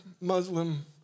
Muslim